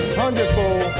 hundredfold